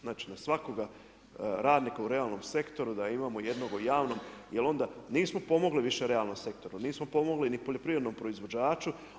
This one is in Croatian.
Znači na svakoga radnika u realnom sektoru, da imamo jednog u javnom, jer onda nismo pomogli više realnom sektoru, nismo pomogli ni poljoprivrednom proizvođaču.